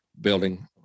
building